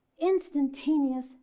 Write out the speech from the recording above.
instantaneous